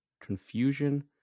confusion